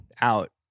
out